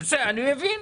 את זה אני מבין.